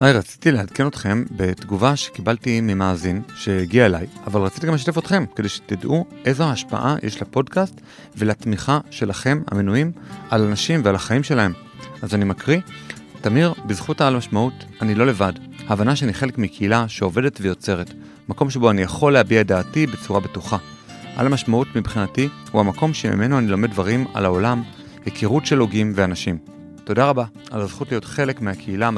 היי, רציתי לעדכן אתכם בתגובה שקיבלתי ממאזין שהגיעה אליי, אבל רציתי גם לשתף אתכם, כדי שתדעו איזו ההשפעה יש לפודקאסט ולתמיכה שלכם המנויים על אנשים ועל החיים שלהם. אז אני מקריא, תמיר, בזכות העל משמעות אני לא לבד. ההבנה שאני חלק מקהילה שעובדת ויוצרת, מקום שבו אני יכול להביע את דעתי בצורה בטוחה. על המשמעות מבחינתי הוא המקום שממנו אני לומד דברים על העולם, היכרות של הוגים ואנשים. תודה רבה על הזכות להיות חלק מהקהילה...